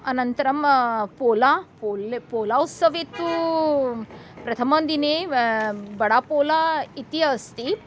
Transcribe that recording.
अनन्तरं पोला पोला पोलाउत्सवे तु प्रथमं दिने बडापोला इति अस्ति